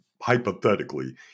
hypothetically